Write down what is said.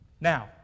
Now